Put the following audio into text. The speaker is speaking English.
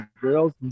girls